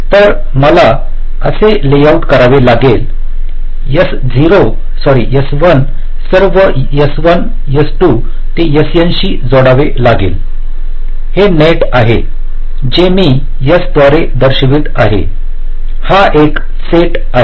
तर मला असे लेआउट करावे लागेल S1 सर्व S1 S2 ते Sn शी जोडावे लागेल हे नेट आहे जे मी S द्वारे दर्शवित आहे हा एक सेट आहे